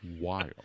wild